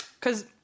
Cause